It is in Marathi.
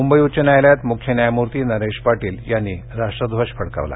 मुंबई उच्च न्यायालयात मुख्य न्यायमूर्ती नरेश पाटील यांनी राष्ट्रध्वज फडकावला